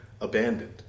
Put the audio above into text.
abandoned